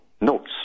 notes